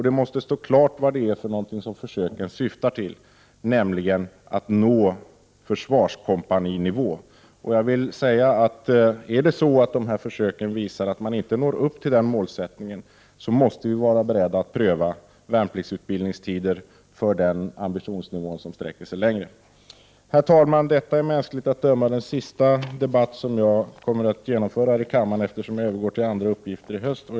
Det måste stå klart vad försöken syftar till, nämligen att nå försvarskompaninivå. Visar försöken att det inte går att nå upp till det målet, måste vi vara beredda att pröva tider för värnpliktsutbildningen för en ambitionsnivå som sträcker sig längre. Herr talman! Detta är mänskligt att döma den sista debatt som jag kommer att genomföra i denna kammare då jag övergår till andra uppgifter i höst.